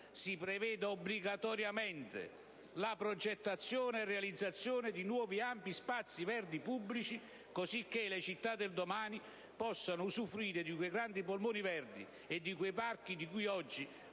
si preveda obbligatoriamente la progettazione e la realizzazione di nuovi ampi spazi di verde pubblico. Così facendo, anche le città del domani potranno usufruire di quei grandi polmoni verdi e di quei parchi di cui oggi